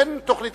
אין תוכנית